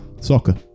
Soccer